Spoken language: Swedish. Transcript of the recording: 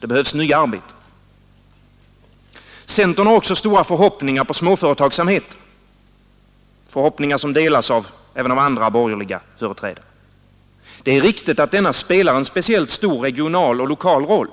Det behövs nya arbeten. Centern har också stora förhoppningar på småföretagsamheten, förhoppningar som delas av företrädare för de andra borgerliga partierna. Det är riktigt att denna spelar en stor regional och lokal roll.